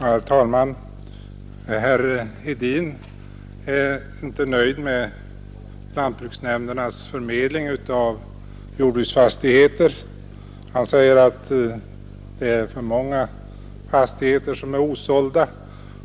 Herr talman! Herr Hedin är inte nöjd med lantbruksnämndernas förmedling av jordbruksfastigheter. Han säger att det är för många fastigheter som är osålda,